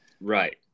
right